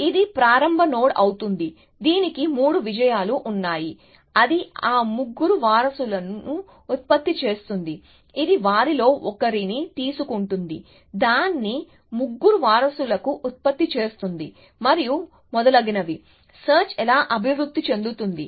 ఇది ప్రారంభ నోడ్ అవుతుంది దీనికి మూడు విజయాలు ఉన్నాయి అది ఆ ముగ్గురు వారసులను ఉత్పత్తి చేస్తుంది ఇది వారిలో ఒకరిని తీసు కుంటుంది దాని ముగ్గురు వారసులను ఉత్పత్తి చేస్తుంది మరియు మొదలగునవి సెర్చ్ ఎలా అభివృద్ధి చెందుతుంది